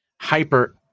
hyper